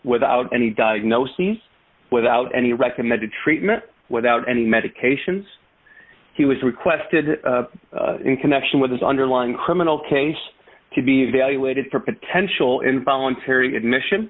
without any diagnoses without any recommended treatment without any medications he was requested in connection with his underlying criminal case to be evaluated for potential involuntary admission